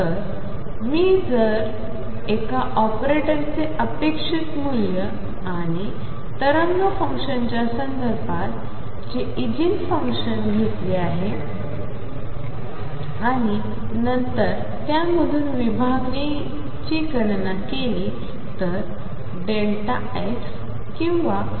तर जर मी एका ऑपरेटरचे अपेक्षित मूल्य तरंग फंक्शनच्या संदर्भात जे इगेन फंक्शन्स आहे घेतले आणि नंतर त्यामधील विभागणीची गणना केली तर x किंवा O हे 0